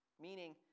meaning